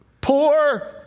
poor